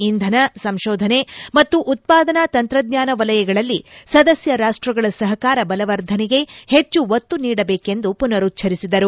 ಇಂಧನ ಸಂಶೋಧನೆ ಮತ್ತು ಉತ್ಪಾದನಾ ತಂತ್ರಜ್ಞಾನ ವಲಯಗಳಲ್ಲಿ ಸದಸ್ಯ ರಾಷ್ಟಗಳ ಸಹಕಾರ ಬಲವರ್ಧನೆಗೆ ಹೆಚ್ಚು ಒತ್ತು ನೀಡಬೇಕೆಂದು ಮನರುಚ್ವರಿಸಿದರು